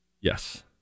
Yes